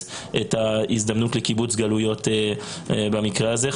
את ההזדמנות לקיבוץ גלויות במקרה הזה.